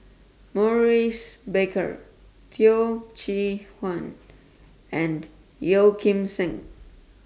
Maurice Baker Teo Chee Hean and Yeo Kim Seng